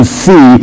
see